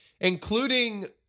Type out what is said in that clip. including